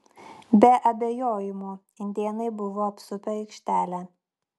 be abejojimo indėnai buvo apsupę aikštelę